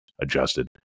adjusted